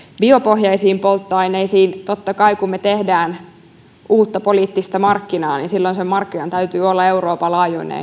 biopohjaisiin polttoaineisiin totta kai kun me teemme uutta poliittista markkinaa niin silloin sen markkinan täytyy olla euroopan laajuinen